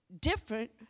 different